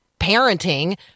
parenting